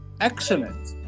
excellent